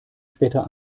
später